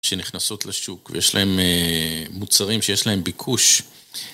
שנכנסות לשוק ויש להם מוצרים שיש להם ביקוש